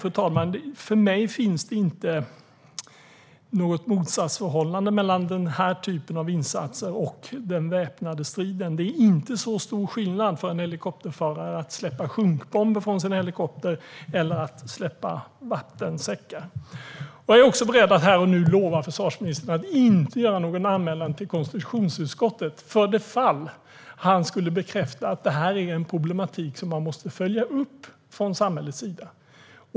Återigen, för mig finns det inte något motsatsförhållande mellan den typen av insatser och den väpnade striden. För en helikopterförare är det inte stor skillnad mellan att släppa sjunkbomber från sin helikopter eller att släppa vattensäckar. Jag är också beredd att här och nu lova försvarsministern att inte göra någon anmälan till konstitutionsutskottet för det fall att han skulle bekräfta att detta är en problematik som måste följas upp från samhällets sida.